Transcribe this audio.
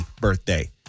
birthday